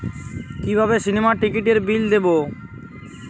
কিভাবে সিনেমার টিকিটের বিল দেবো?